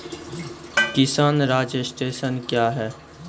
किसान रजिस्ट्रेशन क्या हैं?